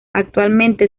actualmente